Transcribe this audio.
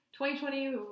2020